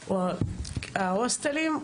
ההוסטלים,